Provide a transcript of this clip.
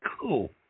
Cool